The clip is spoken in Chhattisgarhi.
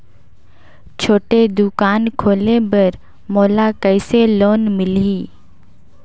छोटे दुकान खोले बर मोला कइसे लोन मिलही?